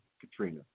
Katrina